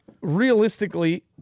realistically